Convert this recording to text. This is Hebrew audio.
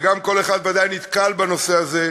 וגם כל אחד ודאי נתקל בנושא הזה,